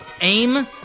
aim